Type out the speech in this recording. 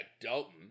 Dalton